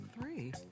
three